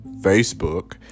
Facebook